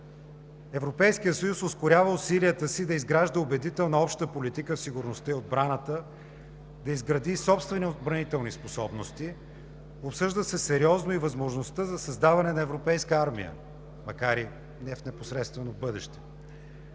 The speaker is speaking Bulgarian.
Европейският съюз ускорява усилията си да изгражда убедителна обща политика в сигурността и отбраната, да изгради собствени отбранителни способности. Обсъжда се сериозно и възможността за създаване на европейска армия, макар и не в непосредствено бъдеще.